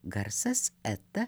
garsas eta